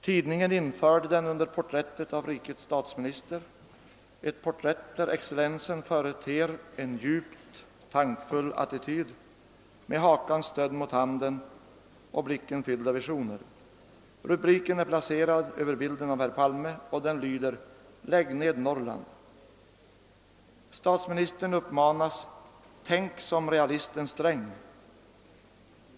Tidningen införde den under porträttet av rikets statsminister — ett porträtt på vilket excellensen företer en djupt tankfull attityd med hakan stödd mot handen och blicken fylld av visioner. Rubriken är placerad över bilden av herr Palme, och den lyder »Lägg ned Norrland«. Statsministern uppmanas: »Tänk som realisten Sträng».